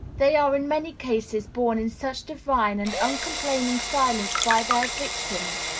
they are in many cases borne in such divine and uncomplaining silence by their victims,